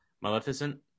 Maleficent